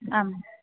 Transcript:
आम्